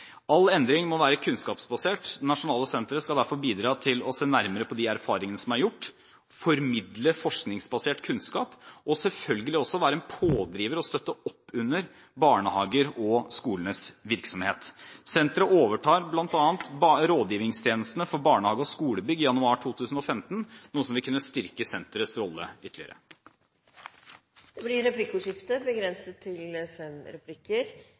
All endring må være kunnskapsbasert. Det nasjonale senteret skal derfor bidra til å se nærmere på de erfaringene som er gjort, formidle forskningsbasert kunnskap og selvfølgelig også være en pådriver og støtte opp under barnehager og skolenes virksomhet. Senteret overtar bl.a. rådgivningstjenesten for barnehage- og skolebygg i januar 2015, noe som vil kunne styrke senterets rolle ytterligere. Det blir replikkordskifte.